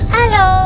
Hello